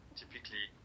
typically